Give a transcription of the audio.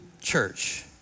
church